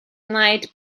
night